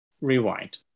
Rewind